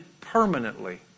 permanently